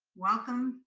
welcome,